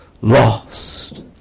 lost